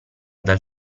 dal